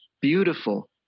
beautiful